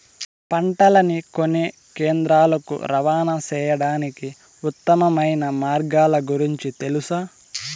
పంటలని కొనే కేంద్రాలు కు రవాణా సేయడానికి ఉత్తమమైన మార్గాల గురించి తెలుసా?